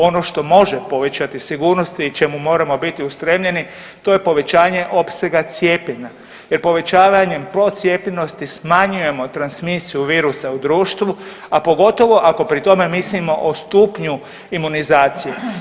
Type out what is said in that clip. Ono što može povećati sigurnost i čemu moramo biti ustremljeni to je povećanje opsega cijepljenja jer povećavanjem procijepljenosti smanjujemo transmisiju virusa u društvu, a pogotovo ako pri tome mislimo o stupnju imunizacije.